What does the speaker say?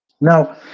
Now